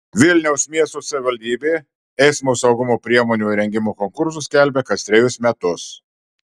vilniaus miesto savivaldybė eismo saugumo priemonių įrengimo konkursus skelbia kas trejus metus